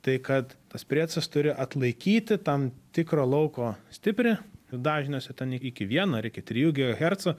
tai kad tas prietaisas turi atlaikyti tam tikro lauko stiprį dažniuose ten iki vieno ar iki trijų gigahercų